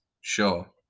Sure